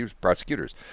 prosecutors